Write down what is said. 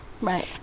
Right